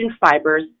fibers